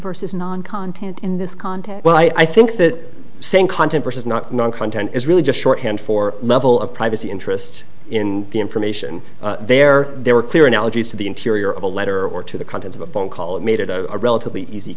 versus non content in this context well i think that same content versus not known content is really just shorthand for level of privacy interest in the information there there are clear analogies to the interior of a letter or to the content of a phone call it made it a relatively easy